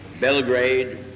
Belgrade